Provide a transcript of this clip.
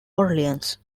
orleans